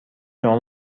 شما